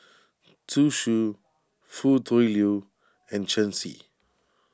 Zhu Xu Foo Tui Liew and Shen Xi